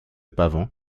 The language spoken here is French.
pavant